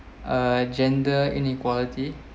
uh gender inequality